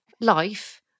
life